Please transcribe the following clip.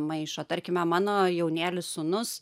maišo tarkime mano jaunėlis sūnus